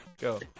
go